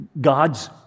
God's